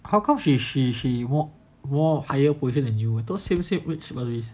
how come she she she more more higher position than you thought same same which